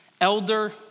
elder